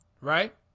Right